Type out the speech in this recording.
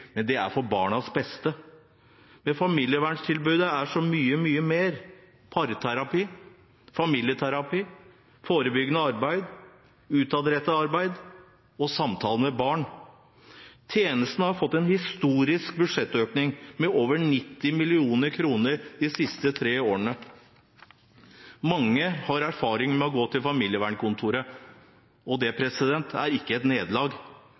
men det er til barnas beste. Familieverntilbudet er så mye, mye mer: parterapi, familieterapi, forebyggende arbeid, utadrettet arbeid og samtaler med barn. Tjenesten har fått en historisk budsjettøkning, med over 90 mill. kr de siste tre årene. Mange har erfaring med å gå til familievernkontoret, og det er ikke et nederlag.